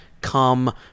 come